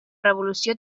revolució